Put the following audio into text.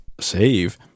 save